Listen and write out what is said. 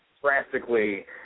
drastically